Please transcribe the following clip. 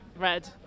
red